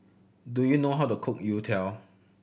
do you know how to cook youtiao